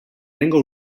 lehengo